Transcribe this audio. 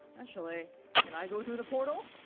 actually can i go through the portal?